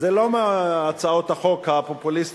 זה לא מהצעות החוק הפופוליסטיות.